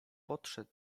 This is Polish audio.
podszedł